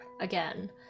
again